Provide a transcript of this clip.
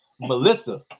Melissa